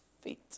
feet